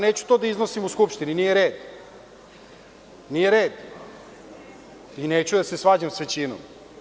Neću to da iznosim u Skupštini, nije red i neću da se svađam sa većinom.